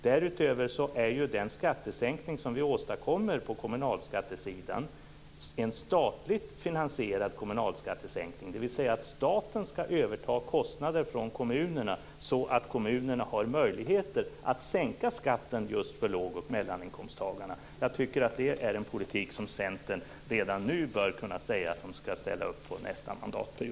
Därutöver är den skattesänkning vi åstadkommer på kommunalskattesidan en statligt finansierad sänkning, dvs. staten skall överta kostnader från kommunerna så att kommunerna får möjlighet att sänka skatten för låg och medelinkomsttagarna. Jag tycker att det är en politik som Centern redan nu kan ställa upp på för nästa mandatperiod.